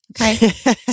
Okay